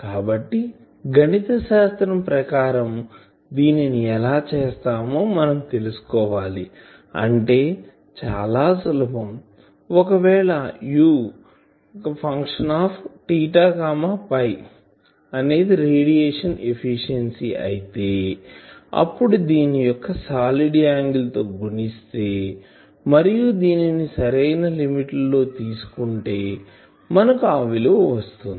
కాబట్టి గణితశాస్త్రం ప్రకారం దీనిని ఎలా చేస్తామో మనం తెలుసు కోవాలి అంటే చాలా సులభం ఒకవేళ U అనేది రేడియేషన్ ఎఫిషియన్సీ అయితే అప్పుడు దీని యొక్క సాలిడ్ యాంగిల్ తో గుణిస్తే మరియు దీనిని సరైన లిమిట్ ల లో తీసుకుంటే మనకు ఆ విలువ వస్తుంది